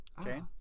okay